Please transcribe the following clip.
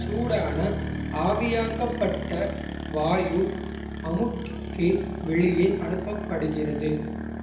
சூடான ஆவியாக்கப்பட்ட வாயு. அமுக்கிக்கு வெளியே அனுப்பப்படுகிறது.